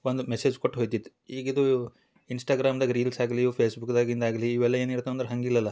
ಒಂದು ಮೆಸೇಜ್ ಕೊಟ್ಟು ಹೋಯ್ತಿತ್ತು ಈಗ ಇದು ಇನ್ಸ್ಟಾಗ್ರಾಮ್ದಾಗ್ ರೀಲ್ಸ್ ಆಗಲಿ ಫೇಸ್ಬುಕ್ದಾಗಿಂದಾಗಲಿ ಇವೆಲ್ಲಾ ಏನು ಇರುತ್ತೆ ಅಂದ್ರ ಹಂಗೆ ಇಲ್ಲಲಾ